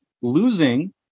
losing